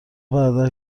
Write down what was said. برادر